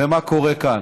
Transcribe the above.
ומה קורה כאן.